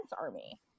army